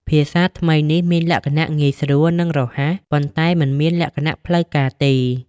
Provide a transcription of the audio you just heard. ភាសាថ្មីនេះមានលក្ខណៈងាយស្រួលនិងរហ័ស ប៉ុន្តែមិនមានលក្ខណៈផ្លូវការទេ។